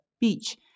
beach